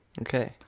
Okay